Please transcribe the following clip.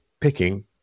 picking